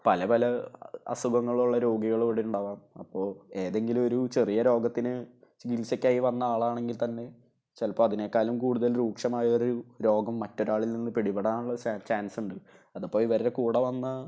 പല പല അസുഖങ്ങളുള്ള രോഗികൾ ഇവിടെ ഉണ്ടാകാം അപ്പോൾ ഏതെങ്കിലും ഒരു ചെറിയ രോഗത്തിന് ചികിത്സക്കായി വന്ന ആളാണെങ്കിൽ തന്നെ ചിലപ്പം അതിനേക്കാളും കൂടുതൽ രൂക്ഷമായൊരു രോഗം മറ്റൊരാളിൽ നിന്ന് പിടിപെടാനുള്ള ചാൻസുണ്ട് അതിപ്പം ഇവരുടെ കൂടെ വന്ന